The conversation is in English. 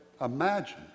imagine